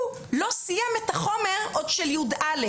הוא עדיין לא סיים את החומר של י"א,